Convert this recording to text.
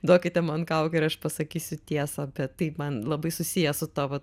duokite man kaukę ir aš pasakysiu tiesą bet taip man labai susiję su ta va